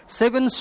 seven